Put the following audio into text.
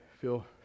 feel